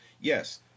Yes